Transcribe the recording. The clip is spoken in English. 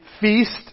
feast